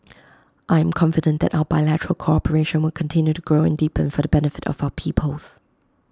I am confident that our bilateral cooperation will continue to grow and deepen for the benefit of our peoples